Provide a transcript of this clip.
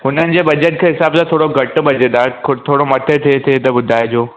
हुननि जे बजट जे हिसाब सां थोरो घटि बजट आहे खु थोरो मथे थिए त ॿुधाइजो